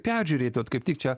peržiūrėt va kaip tik čia